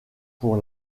pour